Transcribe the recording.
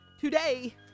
today